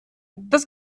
das